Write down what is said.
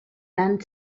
tant